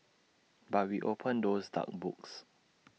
but we opened those dark books